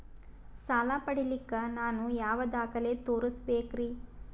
ಸಾಲ ಪಡಿಲಿಕ್ಕ ನಾನು ಯಾವ ದಾಖಲೆ ತೋರಿಸಬೇಕರಿ?